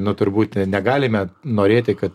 nu turbūt ne negalime norėti kad